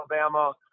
Alabama